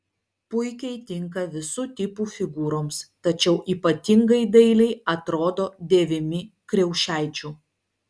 puikiai tinka visų tipų figūroms tačiau ypatingai dailiai atrodo dėvimi kriaušaičių